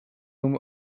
whom